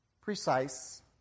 precise